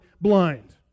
blind